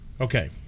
Okay